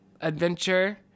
adventure